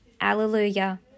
Alleluia